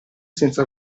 senza